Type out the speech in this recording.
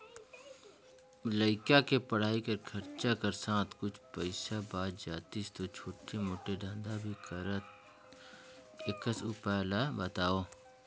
लइका के पढ़ाई कर खरचा कर साथ कुछ पईसा बाच जातिस तो छोटे मोटे धंधा भी करते एकस उपाय ला बताव?